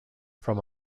from